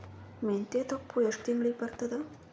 ಮೆಂತ್ಯ ಸೊಪ್ಪು ಎಷ್ಟು ತಿಂಗಳಿಗೆ ಬರುತ್ತದ?